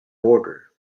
border